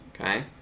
okay